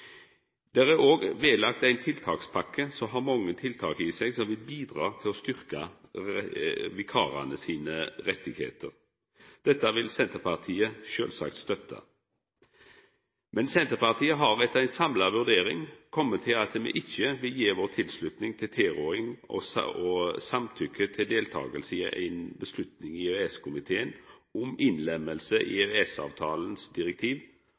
er òg lagt ved ei tiltakspakke som har mange tiltak i seg som vil bidra til å styrkja vikarane sine rettar. Dette vil Senterpartiet sjølvsagt støtta. Men Senterpartiet har etter ei samla vurdering kome til at me ikkje vil gi vår tilslutning til tilråding og samtykkje til deltaking i ei avgjerd i EØS-komiteen om innlemming i EØS-avtalens direktiv